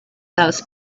those